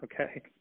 okay